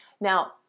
Now